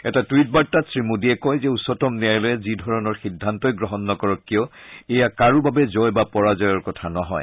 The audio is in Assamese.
এটা টুইট বাৰ্তাত শ্ৰীমোদীয়ে কয় যে উচ্চতম ন্যায়ালয়ে যিধৰণৰ সিদ্ধান্তই গ্ৰহণ নকৰক কিয় এয়া কাৰো বাবে জয় বা পৰাজয়ৰ কথা নহয়